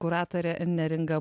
kuratorė neringa